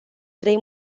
trei